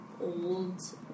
old